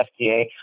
FDA